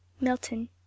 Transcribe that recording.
Milton